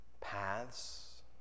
paths